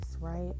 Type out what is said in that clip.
right